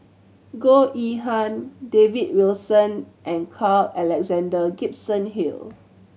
Goh Yihan David Wilson and Carl Alexander Gibson Hill